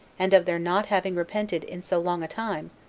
and of their not having repented in so long a time,